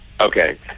Okay